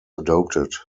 adopted